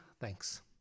Thanks